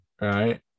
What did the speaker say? right